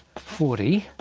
forty,